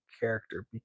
character